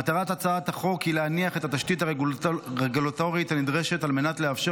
מטרת הצעת החוק היא להניח את התשתית הרגולטורית הנדרשת על מנת לאפשר